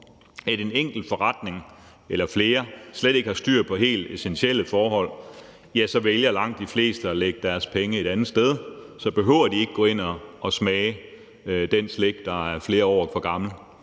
at en enkelt forretning eller flere slet ikke har styr på helt essentielle forhold, ja, så vælger langt de fleste at lægge deres penge et andet sted. Så behøver de ikke at gå ind og smage det slik, der er flere år for gammelt;